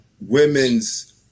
women's